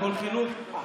הכול חינוך,